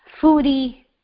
foodie